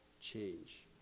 change